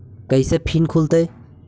कैसे फिन खुल तय?